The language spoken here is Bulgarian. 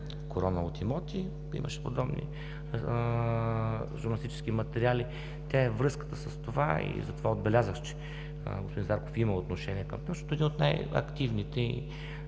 корона от имоти. Имаше подобни журналистически материали. Тя е връзката с това и затова отбелязах, че господин Зарков има отношение, като един от най-активните